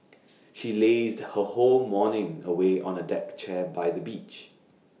she lazed her whole morning away on A deck chair by the beach